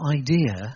idea